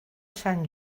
sant